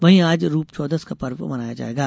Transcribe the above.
वहीं आज रूपचौदस का पर्व मनाया जायेगा